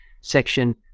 section